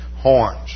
horns